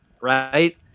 right